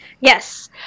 Yes